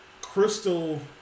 Crystal